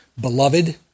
Beloved